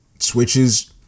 switches